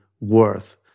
worth